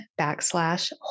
backslash